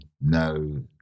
no